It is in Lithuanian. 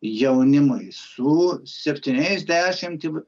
jaunimui su septyniais dešimt